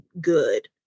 good